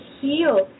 heal